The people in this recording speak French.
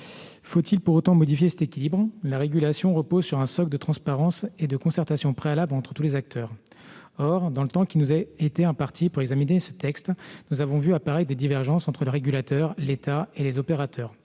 Faut-il pour autant modifier cet équilibre ? La régulation repose sur un socle de transparence et de concertation préalable entre tous les acteurs. Or, dans le temps qui nous a été imparti pour examiner ce texte, nous avons vu apparaître des divergences entre le régulateur, l'État et les opérateurs.